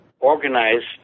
Organized